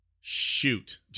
Shoot